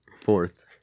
fourth